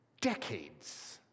Decades